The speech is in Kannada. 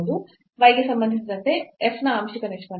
y ಗೆ ಸಂಬಂಧಿಸಿದಂತೆ f ನ ಆಂಶಿಕ ನಿಷ್ಪನ್ನ